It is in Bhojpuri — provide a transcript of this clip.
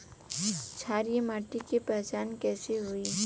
क्षारीय माटी के पहचान कैसे होई?